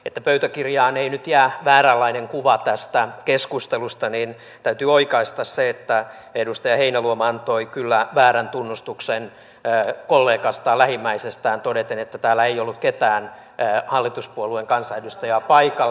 että pöytäkirjaan ei nyt jää vääränlainen kuva tästä keskustelusta niin täytyy oikaista se että edustaja heinäluoma antoi kyllä väärän tunnustuksen kollegastaan lähimmäisestään todeten että täällä ei ollut ketään hallituspuolueen kansanedustajaa paikalla